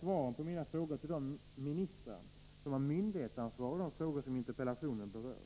Svaren på mina frågor fördelas därför till de ministrar som har myndighetsansvar i de frågor som interpellationen berör.